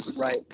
Right